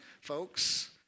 folks